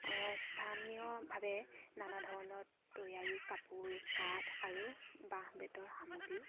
স্থানীয়ভাৱে নানা ধৰণৰ তৈয়াৰী কাপোৰ কাঠ আৰু বাঁহ বেতৰ সামগ্ৰীও